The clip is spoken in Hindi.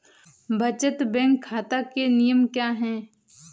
बचत बैंक खाता के नियम क्या हैं?